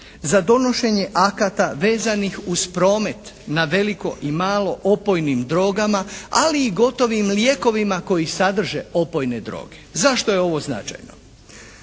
za donošenje akata vezanih uz promet na veliko i malo opojnim drogama ali i gotovim lijekovima koji sadrže opojne droge. Zašto je ovo značajno?